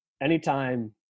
anytime